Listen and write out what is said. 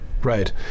Right